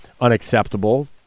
unacceptable